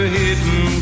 hidden